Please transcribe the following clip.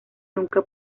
nunca